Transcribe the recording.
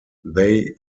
they